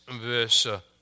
versa